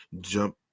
jump